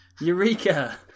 Eureka